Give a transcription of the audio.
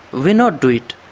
you know do it.